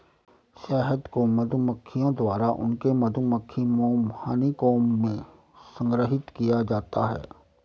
शहद को मधुमक्खियों द्वारा उनके मधुमक्खी मोम हनीकॉम्ब में संग्रहीत किया जाता है